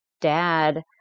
dad